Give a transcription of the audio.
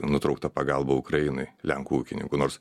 nutraukta pagalba ukrainai lenkų ūkininkų nors